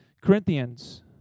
Corinthians